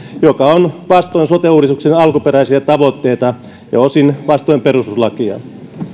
joka on vastoin sote uudistuksen alkuperäisiä tavoitteita ja osin vastoin perustuslakia